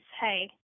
hey